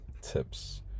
tips